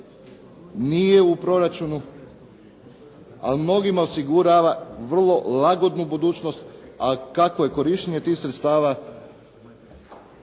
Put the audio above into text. nije u proračunu, ali mnogima osigurava vrlo lagodnu budućnost, a kakvo je korištenje tih sredstava,